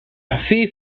phi